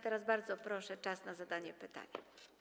Teraz, bardzo proszę, czas na zadanie pytania.